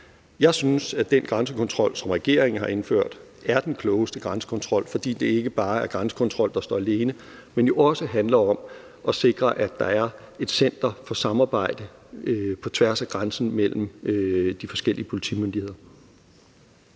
Jeg synes, at den grænsekontrol, som regeringen har indført, er den klogeste grænsekontrol, fordi det ikke bare drejer sig om grænsekontrol, der står alene, men jo også handler om at sikre, at der er et center for samarbejde på tværs af de forskellige politimyndigheder.